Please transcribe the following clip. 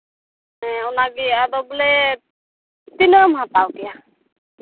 ᱦᱮᱸ ᱚᱱᱟᱜᱮ ᱟᱫᱚ ᱵᱚᱞᱮ ᱛᱤᱱᱟᱹᱜ ᱮᱢ ᱦᱟᱛᱟᱣ ᱠᱮᱭᱟ